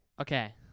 Okay